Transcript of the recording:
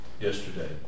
yesterday